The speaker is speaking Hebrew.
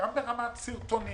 אם ברמת סרטונים,